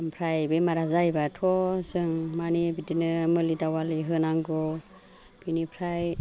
ओमफ्राय बेमारा जायोबाथ' जों मानि बिदिनो मुलि दावालि होनांगौ बिनिफ्राय